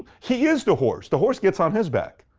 he is the horse. the horse gets on his back.